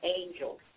angels